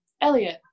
Elliot